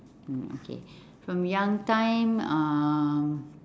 mm okay from young time um